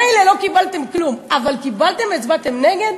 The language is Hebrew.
מילא לא קיבלתם כלום, אבל קיבלתם והצבעתם נגד?